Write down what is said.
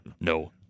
no